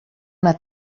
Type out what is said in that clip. una